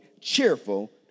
cheerful